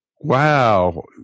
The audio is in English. Wow